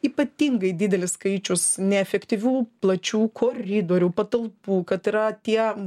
ypatingai didelis skaičius neefektyvių plačių koridorių patalpų kad yra tie